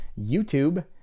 YouTube